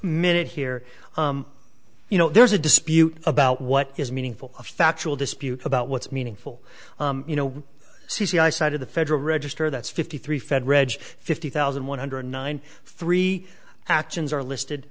minute here you know there's a dispute about what is meaningful a factual dispute about what's meaningful you know c c i side of the federal register that's fifty three fed reg fifty thousand one hundred nine three actions are listed